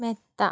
മെത്ത